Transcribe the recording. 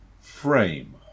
Frame